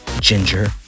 Ginger